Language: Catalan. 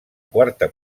quarta